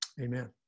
amen